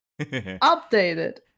updated